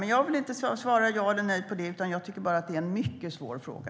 Men jag vill inte svara ja eller nej på det. Jag tycker bara att det är en mycket svår fråga.